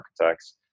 architects